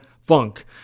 funk